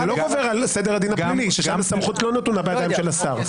זה לא גובר על סדר הדין הפלילי ששם הסמכות לא נתונה בידי השר.